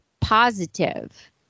positive